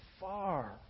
far